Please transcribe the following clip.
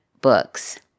books